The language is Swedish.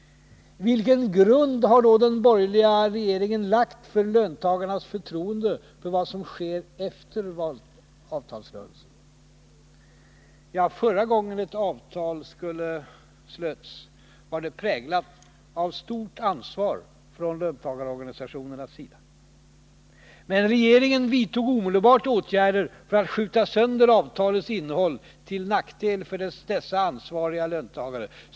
Vilken grund har då den borgerliga regeringen lagt för löntagarnas förtroende för vad som sker efter avtalsrörelsen? Förra gången ett avtal slöts var det präglat av stort ansvar från löntagarorganisationernas sida. Men regeringen vidtog omedelbart åtgärder för att skjuta sönder avtalets innehåll till nackdel för dessa ansvariga löntagare.